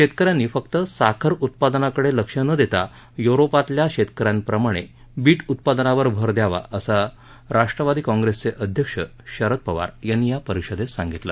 शेतक यांनी फक्त साखर उत्पादनाकडे लक्ष न देता युरोपातल्या शेतक यांप्रमाणे बीट उत्पादनावर भर द्यावा असं राष्ट्रवादी काँप्रेसचे अध्यक्ष शरद पवार यांनी या परिषदेत सांगितलं